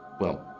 well,